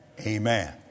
Amen